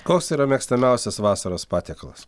koks yra mėgstamiausias vasaros patiekalas